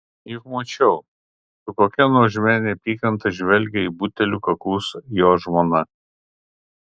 juk mačiau su kokia nuožmia neapykanta žvelgia į butelių kaklus jo žmona